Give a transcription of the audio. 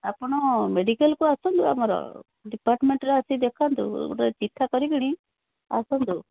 ଆପଣ ମେଡ଼ିକାଲକୁ ଆସନ୍ତୁ ଆମର ଡିପାର୍ଟମେଣ୍ଟରେ ଆସି ଦେଖାନ୍ତୁ ଗୋଟେ ଚିଠା କରିକିନି ଆସନ୍ତୁ